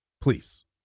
Please